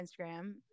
Instagram